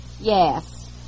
Yes